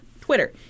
Twitter